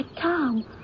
Tom